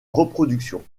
reproduction